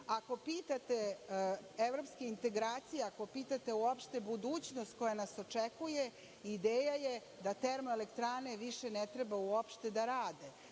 Ako pitate evropske integracije, ako pitate uopšte budućnost koja nas očekuje, ideja je da termoelektrane više ne treba uopšte da rade,